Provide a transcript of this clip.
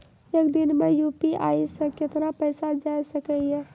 एक दिन मे यु.पी.आई से कितना पैसा जाय सके या?